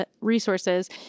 resources